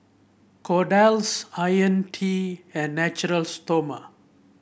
Kordel's IoniL T and Natura Stoma